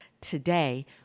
Today